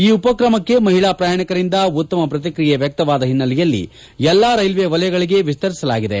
ಈ ಉಪಕ್ರಮಕ್ಕೆ ಮಹಿಳಾ ಪ್ರಯಾಣಿಕರಿಂದ ಅತ್ಯುತ್ತಮ ಪ್ರತಿಕ್ರಿಯೆ ವ್ಯಕ್ತವಾದ ಹಿನ್ನೆಲೆಯಲ್ಲಿ ಎಲ್ಲಾ ರೈಲ್ವೆ ವಲಯಗಳಿಗೆ ವಿಸ್ತರಿಸಲಾಗಿದೆ